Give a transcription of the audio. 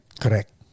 correct